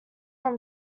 from